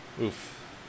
Oof